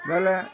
ବୋଇଲେ